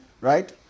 Right